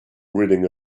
reading